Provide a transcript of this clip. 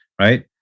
right